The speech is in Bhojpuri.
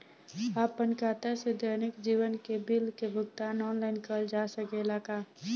आपन खाता से दैनिक जीवन के बिल के भुगतान आनलाइन कइल जा सकेला का?